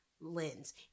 lens